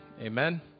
Amen